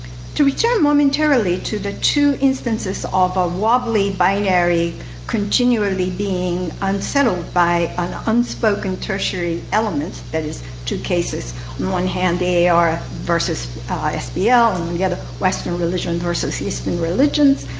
to return momentarily to the two instances of a wobbly binary continually being unsettled by an unspoken tertiary element, that is, two cases. on one hand, they are versus sbl and and yeah the western religion versus eastern religions.